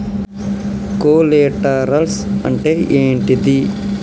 Collaterals అంటే ఏంటిది?